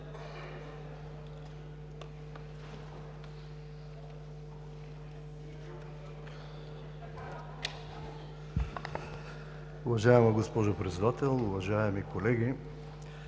Уважаема госпожо Председател, уважаеми колеги